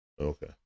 Okay